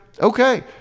okay—